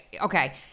Okay